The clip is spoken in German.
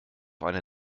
eine